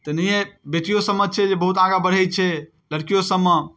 तेनाहिये बेटियो सबमे छै जे बहुत आगाँ बढ़ै छै लड़कियो सबमे